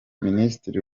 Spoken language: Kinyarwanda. minisitiri